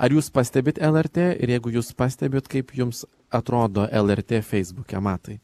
ar jūs pastebit lrt ir jeigu jūs pastebit kaip jums atrodo lrt feisbuke matai